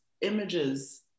images